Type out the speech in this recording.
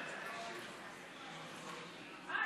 חבר